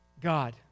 God